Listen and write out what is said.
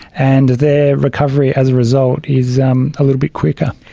and their recovery as a result is um a little bit quicker.